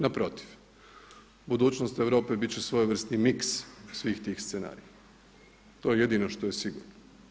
Naprotiv, budućnost Europe bit će svojevrsni mix svih tih scenarija, to je jedino što je sigurno.